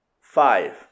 five